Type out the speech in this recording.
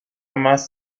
más